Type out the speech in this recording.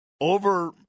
Over